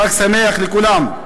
חג שמח לכולם.